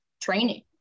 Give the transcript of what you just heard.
training